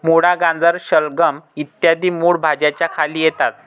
मुळा, गाजर, शलगम इ मूळ भाज्यांच्या खाली येतात